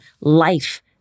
life